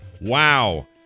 WOW